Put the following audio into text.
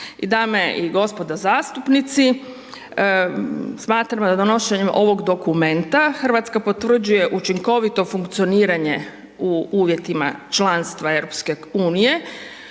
Dame i gospodo zastupnici, smatramo da donošenjem ovog dokumenta Hrvatska potvrđuje učinkovito funkcioniranje u uvjetima članstva EU-a kao i